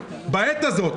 בעת הזאת,